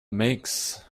makes